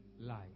life